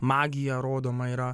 magija rodoma yra